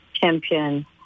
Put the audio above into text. Champion